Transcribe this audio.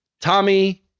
Tommy